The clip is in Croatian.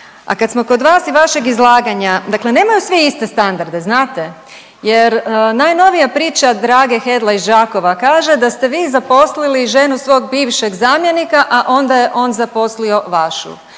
a kad smo kod vas i vašeg izlaganja dakle nemaju svi iste standarde znate jer najnovija priča Drage Hedla iz Đakova kaže da ste vi zaposlili ženu svog bivšeg zamjenika, a onda je on zaposlio vašu.